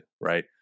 right